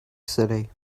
city